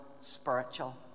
spiritual